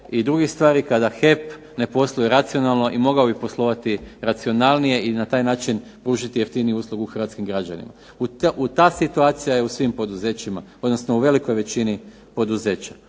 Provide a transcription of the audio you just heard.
i drugih stvari kada HEP ne posluje racionalno i mogao bi poslovati racionalnije i na taj način pružiti jeftiniju uslugu hrvatskim građanima. Ta situacija je u svim poduzećima, odnosno u velikoj većini poduzeća